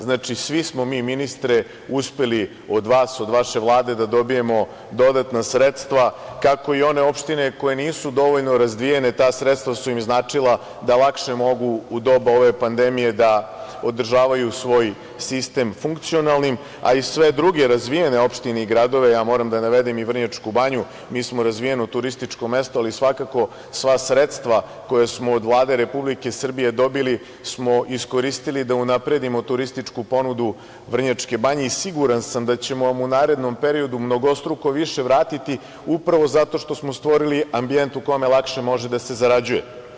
Znači, svi smo mi ministre uspeli od vas, od vaše Vlade da dobijemo dodatna sredstva, kako i one opštine koje nisu dovoljno razvijene, ta sredstva su im značila da lakše mogu u doba ove pandemije da održavaju svoj sistem funkcionalnim, a i sve druge razvijene opštine i gradovi, moram da navedem i Vrnjačku Banju, mi smo razvijeno turističko mesto, ali svakako sva sredstva koja smo od Vlade Republike Srbije dobili smo iskoristili da unapredimo turističku ponudu Vrnjačke Banje i siguran sam da ćemo u narednom periodu mnogostruko više vratiti upravo zato što smo stvorili ambijent u kome lakše može da se zarađuje.